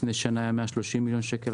לפני שנה זה היה 130 מיליון שקל,